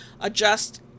adjust